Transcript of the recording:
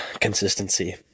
consistency